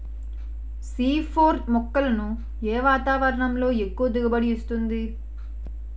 C four మొక్కలను ఏ వాతావరణంలో ఎక్కువ దిగుబడి ఇస్తుంది?